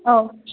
ꯑꯧ